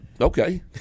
okay